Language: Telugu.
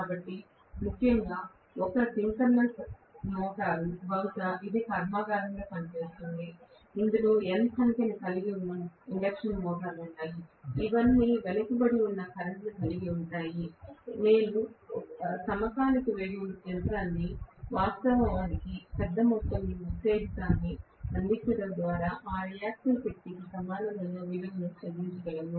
కాబట్టి ముఖ్యంగా ఒక సింక్రోనస్ మోటారు బహుశా ఇది కర్మాగారంలో పనిచేస్తుంది ఇందులో N సంఖ్యను కలిగి ఉన్న ఇండక్షన్ మోటార్లు ఉన్నాయి ఇవన్నీ వెనుకబడి ఉన్న కరెంట్ను కలిగి ఉంటాయి నేను ఒక సమకాలిక యంత్రాన్ని వాస్తవానికి పెద్ద మొత్తంలో ఉత్తేజాన్ని అందించడం ద్వారా ఆ రియాక్టివ్ శక్తికి సమాన విలువను చెల్లించగలను